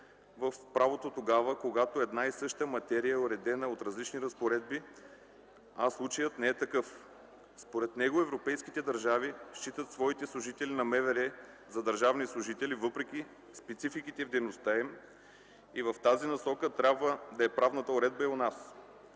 в правото тогава, когато една и съща материя е уредена от различни разпоредби, а случаят не е такъв. Според него европейските държави считат своите служители на МВР за държавни служители, въпреки спецификите в дейността им, и в тази насока трябва да е правната уредба и у нас.